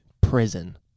Prison